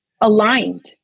aligned